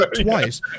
Twice